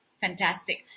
Fantastic